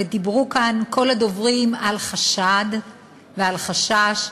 דיברו כאן כל הדוברים על חשד ועל חשש.